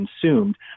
consumed